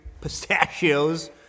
pistachios